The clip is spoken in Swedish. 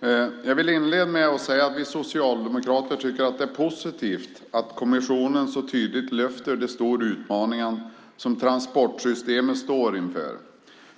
Fru talman! Jag vill inleda med att säga att vi socialdemokrater tycker att det är positivt att kommissionen så tydligt lyfter fram de stora utmaningar som transportsystemet står inför